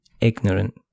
Ignorant